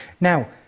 Now